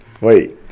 wait